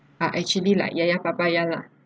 are actually like ya ya papaya lah